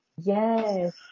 Yes